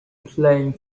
playing